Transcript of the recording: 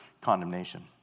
condemnation